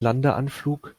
landeanflug